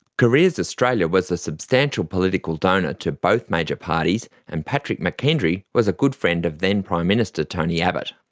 careers australia was a substantial political donor to both major parties and patrick mckendry was a good friend of then prime minister tony abbott.